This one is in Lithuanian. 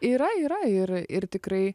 yra yra ir ir tikrai